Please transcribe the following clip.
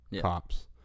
cops